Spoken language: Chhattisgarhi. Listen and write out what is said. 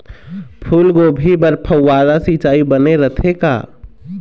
फूलगोभी बर फव्वारा सिचाई बने रथे का?